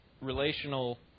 relational